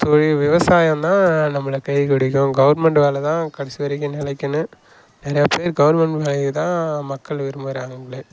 தொழில் விவசாயம் தான் நம்மளுக்கு கை குடுக்கும் கவுர்மெண்ட் வேலை தான் கடைசி வரைக்கும் நிலைக்குன்னு நிறையா பேர் கவுர்மெண்ட் வேலையை தான் மக்கள் விரும்புறாங்களே